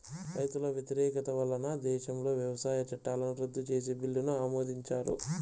రైతుల వ్యతిరేకత వలన దేశంలో వ్యవసాయ చట్టాలను రద్దు చేసే బిల్లును ఆమోదించారు